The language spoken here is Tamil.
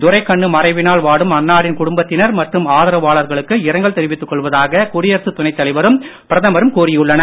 துரைக்கண்ணு மறைவினால் வாடும் அன்னாரின் குடும்பத்தினர் மற்றும் ஆதரவாளர்களுக்கு இரங்கல் தெரிவித்துக் கொள்வதாக குடியரசுத் துணை தலைவரும் பிரதமரும் கூறியுள்ளனர்